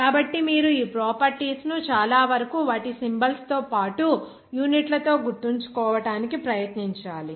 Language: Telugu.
కాబట్టి మీరు ఈ ప్రాపర్టీస్ ను చాలావరకు వాటి సింబల్స్ తో పాటు యూనిట్లతో గుర్తుంచుకోవడానికి ప్రయత్నించాలి